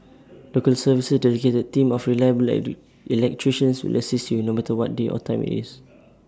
local service's dedicated team of reliable electricians will assist you no matter what day or time IT is